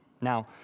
Now